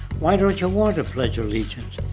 why don't you want to pledge allegiance?